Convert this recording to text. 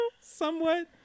Somewhat